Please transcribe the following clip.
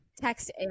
text